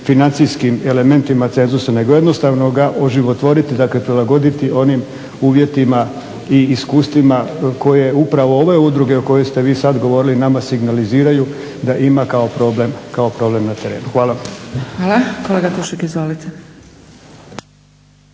financijskim elementima cenzusa nego jednostavno ga oživotvoriti. Dakle, prilagoditi onim uvjetima i iskustvima koje upravo ove udruge o kojoj ste vi sad govorili nama signaliziraju da ima kao problem na terenu. Hvala. **Zgrebec, Dragica